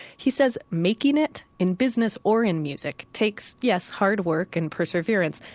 he says, making it in business, or in music takes, yes, hard work and perseverance.